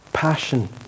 Passion